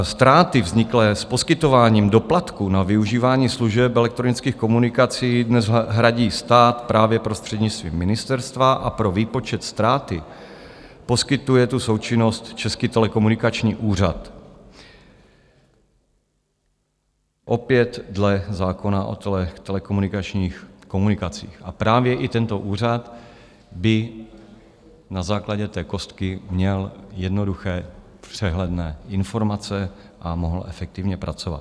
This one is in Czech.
Ztráty vzniklé s poskytováním doplatků na využívání služeb elektronických komunikací dnes hradí stát právě prostřednictvím ministerstva a pro výpočet ztráty poskytuje součinnost Český telekomunikační úřad opět dle zákona o telekomunikačních komunikacích, a právě i tento úřad by na základě té kostky měl jednoduché přehledné informace a mohl efektivně pracovat.